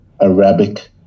Arabic